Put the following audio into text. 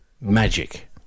magic